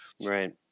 Right